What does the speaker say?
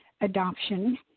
adoption